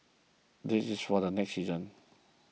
this is for the next season